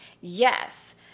Yes